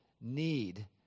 need